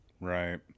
right